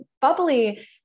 bubbly